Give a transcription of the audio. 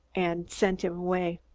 and sent him away.